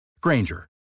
Granger